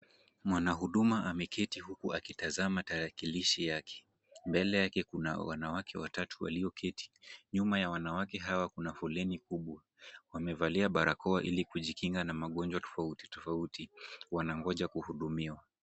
Mwanahuduma ameketi huku akitazama tarakilishi yake, mbele yake kuna wanawake watatu walioketi, nyuma ya wanawake hawa kuna foleni kubwa, wamevalia barakoa ili kujikinga na magonjwa tofauti tofauti, wanangoja kuhudumiwa.